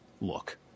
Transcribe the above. look